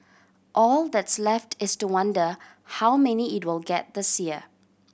all that's left is to wonder how many it will get this year